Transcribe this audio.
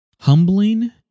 Humbling